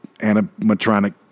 animatronic